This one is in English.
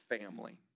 family